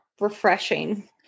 refreshing